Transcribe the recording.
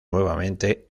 nuevamente